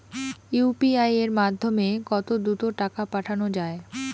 UPI এর মাধ্যমে কত দ্রুত টাকা পাঠানো যায়?